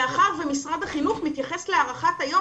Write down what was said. מאחר שמשרד החינוך מתייחס להארכת היום